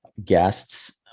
guests